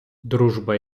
дружба